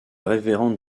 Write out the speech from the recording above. révérend